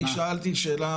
אני שאלתי שאלה